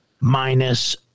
minus